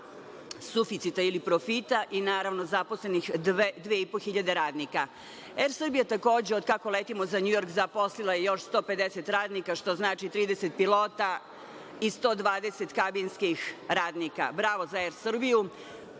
suficita ili profita, i naravno zaposlenih dve i po hiljade radnika. „Er Srbija“ takođe, od kako letimo za NJujork, zaposlila je još 150 radnika, što znači 30 pilota i 120 kabinskih radnika. Bravo za „Er Srbiju“.